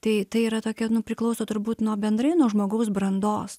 tai tai yra tokia nu priklauso turbūt nuo bendrai nuo žmogaus brandos